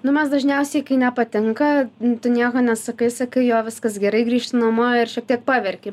nu mes dažniausiai kai nepatinka tu nieko nesakai sakai jo viskas gerai grįžti namo ir šiek tiek paverki